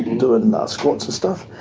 doing and squats and stuff,